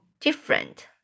different